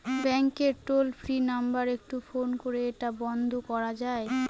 ব্যাংকের toll free number একটু phone করে এটা বন্ধ করা যায়?